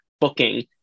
booking